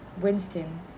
Winston